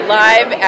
live